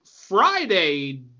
Friday